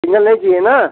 single नहीं चाहिए ना